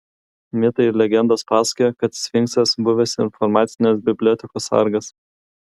mitai ir legendos pasakoja kad sfinksas buvęs informacinės bibliotekos sargas